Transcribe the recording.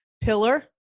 pillar